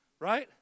Right